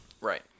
Right